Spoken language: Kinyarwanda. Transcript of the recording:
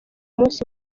munsi